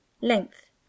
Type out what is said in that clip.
Length